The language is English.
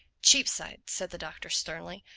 cheapside, said the doctor sternly,